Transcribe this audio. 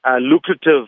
lucrative